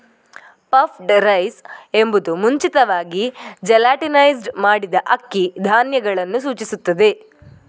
puffed rice ಎಂಬುದು ಮುಂಚಿತವಾಗಿ gelatinised ಮಾಡಿದ ಅಕ್ಕಿ ಧಾನ್ಯಗಳನ್ನು ಸೂಚಿಸುತ್ತದೆ